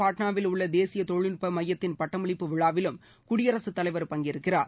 பாட்னாவில் உள்ள தேசிய தொழில்நுட்ப மையத்தின் பட்டமளிப்பு விழாவிலும் குடியரசுத் தலைவர் பங்கேற்கிறார்